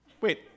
Wait